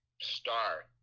star